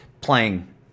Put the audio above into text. Playing